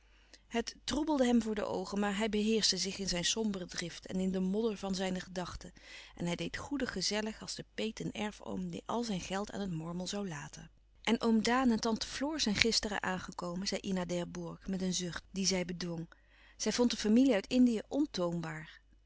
het troebelde hem voor de oogen maar hij beheerschte zich in zijn sombere drift en in de modder van louis couperus van oude menschen de dingen die voorbij gaan zijne gedachten en hij deed goedig gezellig als de peet en erfoom die al zijn geld aan het mormel zoû laten en oom daan en tante floor zijn gisteren aangekomen zei ina d'herbourg met een zucht dien zij bedwong zij vond de familie uit indië